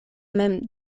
mem